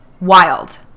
Wild